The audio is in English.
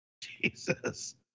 Jesus